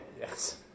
yes